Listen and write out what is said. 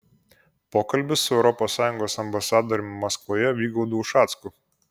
pokalbis su europos sąjungos ambasadoriumi maskvoje vygaudu ušacku